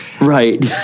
Right